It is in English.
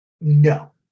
no